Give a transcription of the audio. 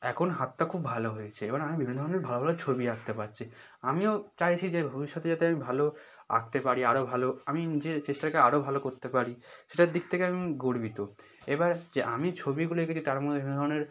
একন হাতটা খুব ভালো হয়েছে এবার আমি বিভিন্ন ধরনের ভালো ভালো ছবি আঁকতে পারছি আমিও চাইছি যে ভবিষ্যতে যাতে আমি ভালো আঁকতে পারি আরও ভালো আমি নিজের চেষ্টাকে আরও ভালো করতে পারি সেটার দিক থেকে আমি গর্বিত এবার যে আমি ছবিগুলো এঁকেছি তার মধে বিভিন্ন ধরনের